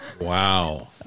Wow